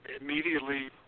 immediately